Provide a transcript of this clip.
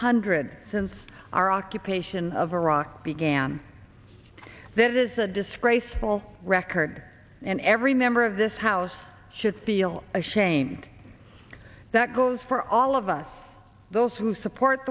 hundred since our occupation of iraq began that is a disgraceful record and every member of this house should feel ashamed that goes for all of us those who support